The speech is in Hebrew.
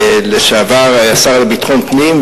לשעבר השר לביטחון פנים,